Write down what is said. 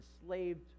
enslaved